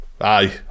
Aye